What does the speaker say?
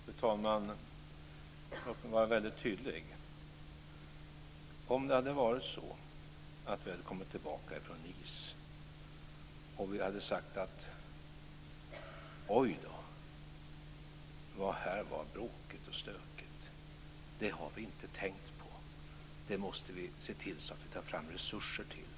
Fru talman! Låt mig vara väldigt tydlig. Om det hade varit så att vi hade kommit tillbaka från Nice och sagt "Oj, vad här var bråkigt och stökigt. Det har vi inte tänkt på. Det måste vi se till så att vi tar fram resurser till.